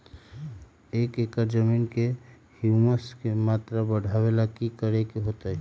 एक एकड़ जमीन में ह्यूमस के मात्रा बढ़ावे ला की करे के होतई?